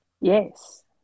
yes